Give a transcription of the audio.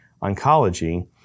oncology